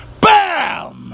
BAM